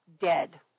dead